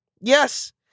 Yes